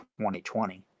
2020